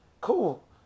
cool